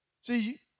See